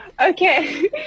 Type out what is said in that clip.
Okay